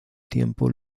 tiempo